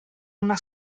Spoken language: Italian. una